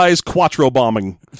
quattro-bombing